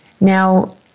Now